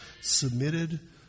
submitted